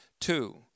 Two